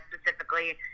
specifically